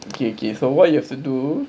okay okay so what you have to do